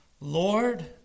Lord